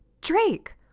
Drake